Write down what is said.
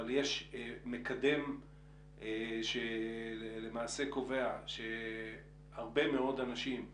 אבל יש מקדם שלמעשה קובע שהרבה מאוד אנשים,